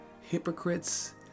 hypocrites